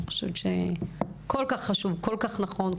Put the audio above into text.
אני חושבת שכל-כך חשוב, כל-כך נכון.